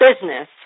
business